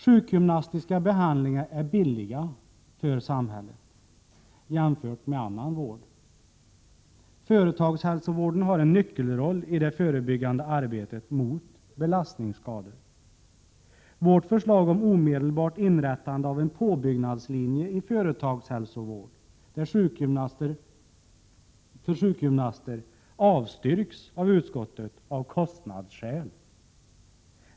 Sjukgymnastiska behandlingar är billiga för samhället jämfört med annan vård. Företagshälsovården har en nyckelroll i det förebyggande arbetet mot belastningsskador. Vårt förslag om omedelbart inrättande av en påbyggnadslinje i företagshälsovård för sjukgymnaster avstyrks av kostnadsskäl av utskottet.